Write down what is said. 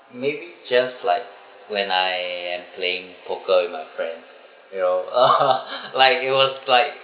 maybe just like when I am playing poker with my friends you know like it was like